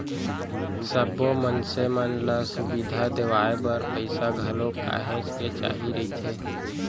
सब्बो मनसे मन ल सुबिधा देवाय बर पइसा घलोक काहेच के चाही रहिथे